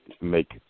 make